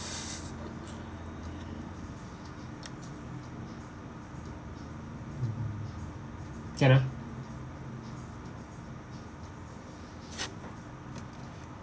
can ah